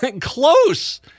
close